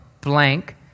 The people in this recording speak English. blank